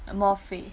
more free